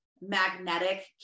magnetic